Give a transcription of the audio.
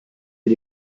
wir